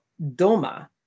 doma